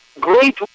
Great